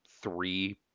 three